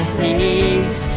face